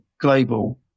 global